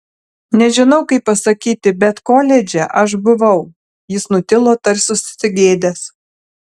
nežinau kaip pasakyti bet koledže aš buvau jis nutilo tarsi susigėdęs